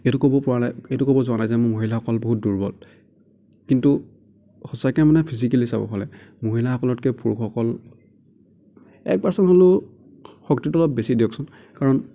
এইটো ক'ব পৰা নাই এইটো ক'ব যোৱা নাই যে ম মহিলাসকল বহুত দুৰ্বল কিন্তু সঁচাকৈ মানে ফিজিকেলি চাব পাৰে মানে মহিলাসকলতকৈ পুৰুষসকল এক পাৰ্চেণ্ট হ'লেও শক্তিটো অলপ বেছি দিয়কচোন কাৰণ